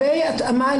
לגבי התאמה.